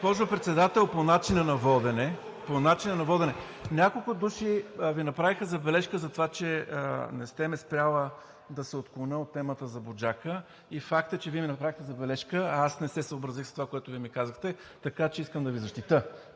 Госпожо Председател, по начина на водене. Няколко души Ви направиха забележка за това, че не сте ме спрели да се отклоня от темата за „Буджака“. Факт е, че Вие ми направихте забележка, а аз не се съобразих с това, което Вие ми казахте, така че искам да Ви защитя